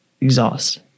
exhaust